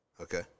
Okay